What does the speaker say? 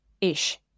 ish